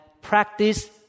practice